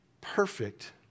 perfect